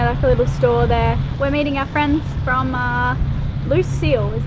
a little store there. we're meeting our friends from um lucille, is